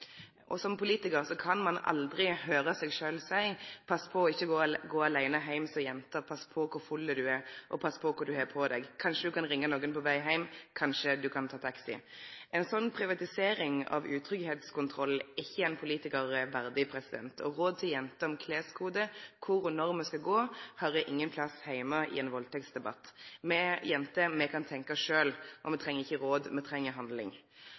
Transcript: Som politikar kan ein aldri høyre seg sjølv seie: Som jente, pass på å ikkje gå aleine heim, pass på kor full du er, pass på kva du har på deg! Kanskje kan du ringe nokon på veg heim? Kanskje kan du ta taxi? Ei slik privatisering av utryggleikskontrollen er ikkje ein politikar verdig. Råd til jenter om kleskode, kvar og når me skal gå, høyrer ingen stad heime i ein valdtektsdebatt. Me jenter, me kan tenkje sjølve. Me treng ikkje råd, me treng handling.